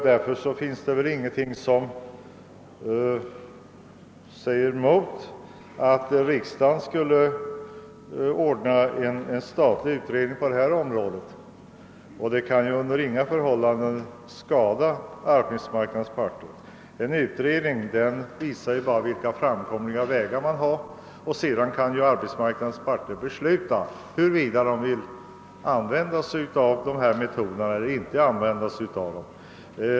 Därför finns det väl ingenting som motsäger, att riksdagen skulle kunna begära en statlig utredning av frågan. Det kan ju under inga förhållanden skada "arbetsmarknadens parter. En utredning skulle bara kunna utvisa vilka vägar som är framkomliga, och sedan kan arbetsmarknadens parter besluta, huruvida de vill använda sig av de metoder som utredningen har anvisat.